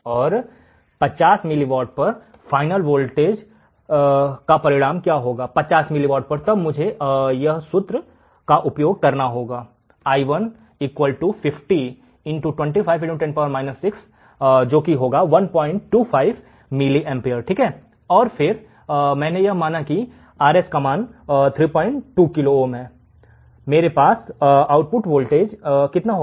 और 50 मिलीवाट पर अंतिम परिणाम वोल्टेज का 50 मिलीवाट पर kya होना चाहिए अंतिम वोल्टेज क्या होना चाहिए तब मुझे इस सूत्र का उपयोग करना था और फिर मैंने यह माना कि Rf का मान 32K ओम है मेरे पास आउटपुट वोल्टेज 4 वोल्ट होगा